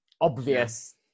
obvious